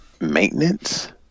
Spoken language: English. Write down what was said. Maintenance